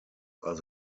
are